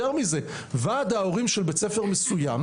יותר מזה, ועד ההורים של בית ספר מסוים,